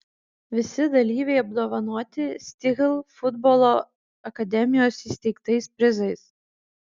visi dalyviai apdovanoti stihl futbolo akademijos įsteigtais prizais